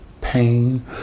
pain